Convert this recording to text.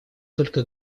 только